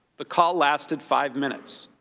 the call lasted five minutes.